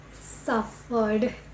suffered